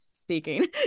speaking